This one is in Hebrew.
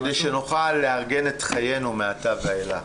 כדי שנוכל לארגן את חיינו מעתה ואילך?